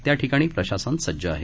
त्याठिकाणी प्रशासन सज्ज आहे